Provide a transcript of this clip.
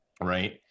Right